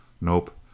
Nope